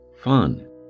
fun